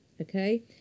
Okay